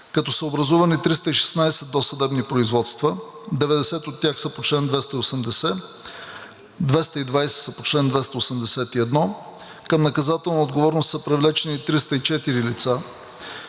като са образувани 316 досъдебни производства, 90 от тях са по чл. 280, 220 са по чл. 281. Към наказателна отговорност са привлечени 304 лица,